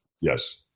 Yes